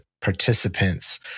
participants